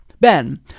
Ben